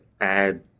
add